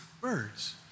birds